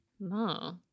No